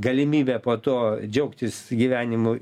galimybė po to džiaugtis gyvenimu